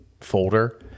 folder